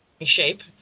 shape